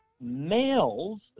males